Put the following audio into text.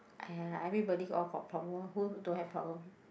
!aiya! everybody all got problem who don't have problem